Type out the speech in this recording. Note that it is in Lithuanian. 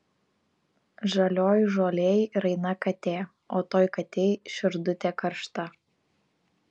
žalioj žolėj raina katė o toj katėj širdutė karšta